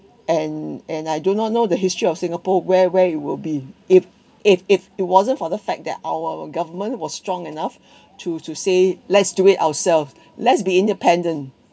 and and I do not know the history of singapore where where you will be if if if it wasn't for the fact that our government was strong enough to to say let's do it ourselves let's be independent